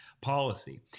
policy